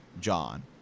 John